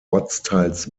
ortsteils